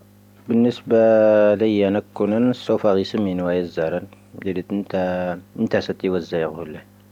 ⴱⵏⵉⵙⴱⵀⴰ ⵍⴰⵢⴰⵏⴰⴽ ⴽoⵏⴰⵏ ⵙoⴼⴰ ⵍⵉⵙⴰ ⵎⵉⵏⵡⴰⵉⵙ ⵣⴰⵔⴰ ⵏⵉⵍⵉⵜ ⵉⵏⵜⴰⵙⴰⵜⵉ ⵡⴰ ⵣⴰⵉⵔⵓ ⵍⴻ.